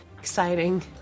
exciting